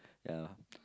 yeah